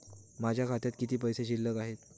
माझ्या खात्यात किती पैसे शिल्लक आहेत?